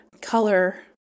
color